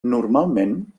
normalment